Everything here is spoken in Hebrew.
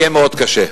יהיה מאוד קשה,